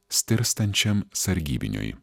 stirstančiam sargybiniui